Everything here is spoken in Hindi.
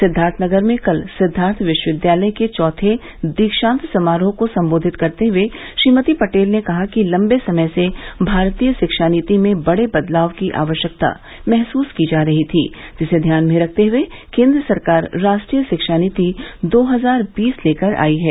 सिद्वार्थनगर में कल सिद्वार्थ विश्वविद्यालय के चौथे दीक्षांत समारोह को संबोधित करते हुए श्रीमती पटेल ने कहा कि लम्बे समय से भारतीय शिक्षा नीति में बड़े बदलाव की आवश्यकता महसुस की जा रही थी जिसे ध्यान में रखते हुए केन्द्र सरकार राष्ट्रीय शिक्षा नीति दो हजार बीस लेकर आयी है